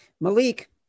Malik